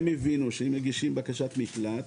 הם הבינו שכשהם מגישים בקשות מקלט,